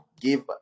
give